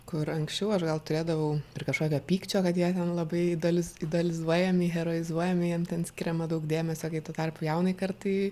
kur anksčiau aš gal turėdavau ir kažkokio pykčio kad jie ten labai dalis idealizuojami heroizuojami jiem ten skiriama daug dėmesio kai tuo tarpu jaunai kartai